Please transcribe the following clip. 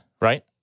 right